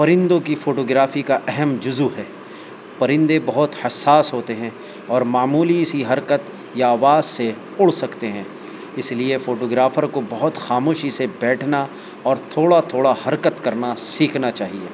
پرندوں کی photography کا اہم جزو ہے پرندے بہت حساس ہوتے ہیں اور معمولی سی حرکت یا آواز سے اڑ سکتے ہیں اس لیے فوٹو گرافر کو بہت خاموشی سے بیٹھنا اور تھوڑا تھوڑا حرکت کرنا سیکھنا چاہیے